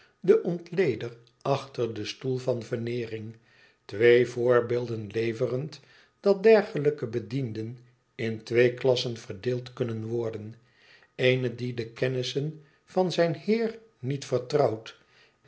de ontleder achter den stoel van veneering twee voorbeelden leverend dat dergelijke b dienden in twee klassen verdeeld kunnen worden eene die de keonisnvan zijn heer niet vertrouwt